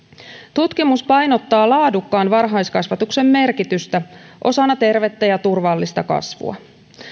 tutkimus painottaa laadukkaan varhaiskasvatuksen merkitystä osana tervettä ja turvallista kasvua